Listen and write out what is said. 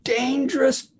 dangerous